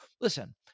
listen